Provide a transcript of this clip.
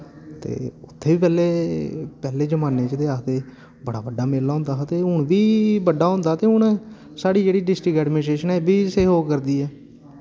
ते उत्थै बी पैह्ले पैह्ले जमाने च ते आखदे बड़ा बड्डा मेला होंदा हा ते हून बी बड्डा होंदा ते हून साढ़ी जेह्ड़ी डिस्ट्रिक एडमनिस्ट्रेशन एह् सैह्जोग करदी ऐ